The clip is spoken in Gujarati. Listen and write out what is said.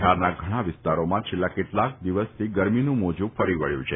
બિહારના ઘણાં વિસ્તારોમાં છેલ્લા કેટલાક દિવસથી ગરમીનું મોજું ફરી વળ્યું છે